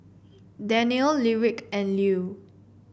Danniel Lyric and Lue